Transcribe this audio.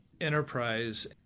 enterprise